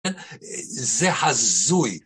זה הזוי.